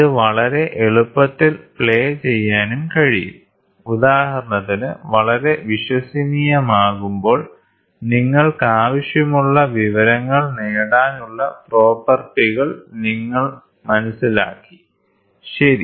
ഇത് വളരെ എളുപ്പത്തിൽ പ്ലേ ചെയ്യാനും കഴിയും ഉദാഹരണത്തിന് വളരെ വിശ്വസനീയമാകുമ്പോൾ നിങ്ങൾക്കാവശ്യമുള്ള വിവരങ്ങൾ നേടാനുള്ള പ്രോപ്പർട്ടികൾ നിങ്ങൾ മനസ്സിലാക്കി ശരി